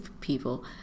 people